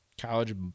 college